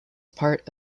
part